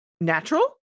natural